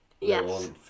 Yes